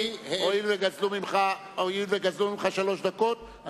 הואיל וגזלו ממך שלוש דקות,